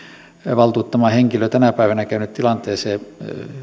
valtuuttama henkilö tänä päivänä käynyt tilanteeseen